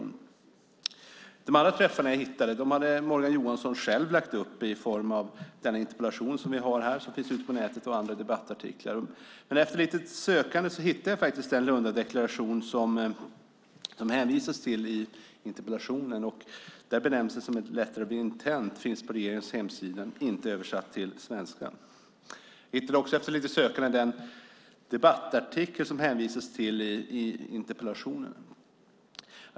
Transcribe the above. Många av de andra träffar jag fick var sådant som Morgan Johansson själv lagt upp, som denna interpellation - som finns ute på nätet - och andra debattartiklar. Efter lite sökande hittade jag dock den Lundadeklaration som det hänvisas till i interpellationen. Det var på regeringens hemsida, där den omnämns som ett letter of intent - inte översatt till svenska. Jag hittade också efter lite sökande den debattartikel som det hänvisas till i interpellationen.